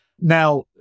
Now